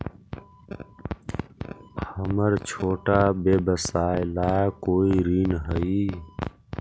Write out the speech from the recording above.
हमर छोटा व्यवसाय ला कोई ऋण हई?